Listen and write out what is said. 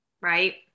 right